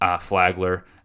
Flagler